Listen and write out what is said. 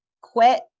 quit